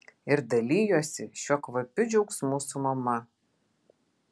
ir dalijuosi šiuo kvapiu džiaugsmu su mama